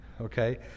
okay